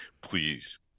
please